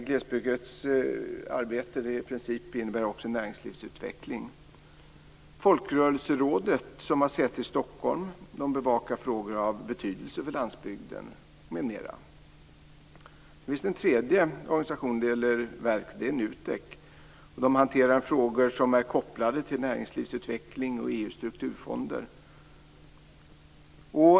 Glesbygdsarbetet innebär i princip näringslivsutveckling. Folkrörelserådet, med säte i Stockholm, bevakar frågor av betydelse för landsbygden m.m. Den tredje organisationen är NUTEK. NUTEK hanterar frågor som är kopplade till näringslivsutveckling och EU:s strukturfonder.